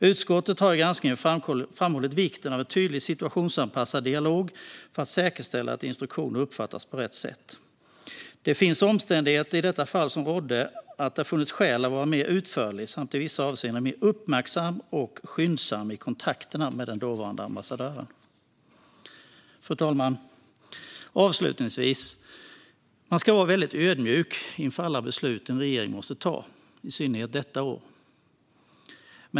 Utskottet har i granskningen framhållit vikten av en tydlig och situationsanpassad dialog för att säkerställa att instruktioner uppfattas på rätt sätt. Omständigheterna i detta fall gör att det hade funnits skäl att vara mer utförlig samt i vissa avseenden mer uppmärksam och skyndsam i kontakterna med den dåvarande ambassadören. Fru talman! Man ska vara väldigt ödmjuk inför alla beslut en regering måste ta, i synnerhet detta år.